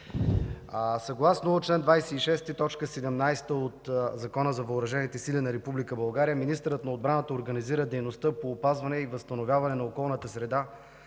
Съгласно чл. 26, т. 17 от Закона за въоръжените сили на Република България министърът на отбраната организира дейността по опазване и възстановяване на околната среда